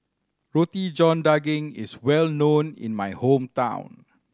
Roti John Daging is well known in my hometown